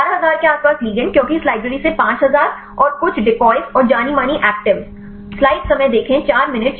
11000 के आसपास लिगैंड्स क्योंकि इस लाइब्रेरी से 5000 और कुछ डिकॉय और जानी मानी एक्टिवेस